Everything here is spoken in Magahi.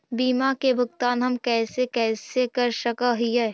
बीमा के भुगतान हम कैसे कैसे कर सक हिय?